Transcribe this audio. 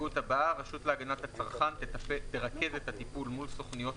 ההסתייגות הבאה: הרשות להגנת הצרכן תרכז את הטיפול מול סוכנויות